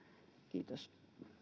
kiitos